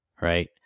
right